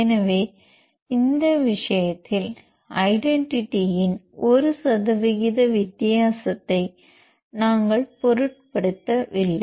எனவே இந்த விஷயத்தில் ஐடென்டிட்டியின் ஒரு சதவீத வித்தியாசத்தை நாங்கள் பொருட்படுத்தவில்லை